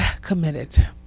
committed